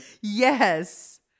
Yes